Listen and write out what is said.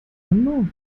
anbau